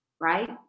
right